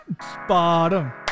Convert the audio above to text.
bottom